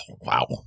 Wow